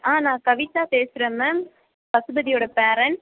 ஆ நான் கவிதா பேசுகிறேன் மேம் பசுபதியோட பேரண்ட்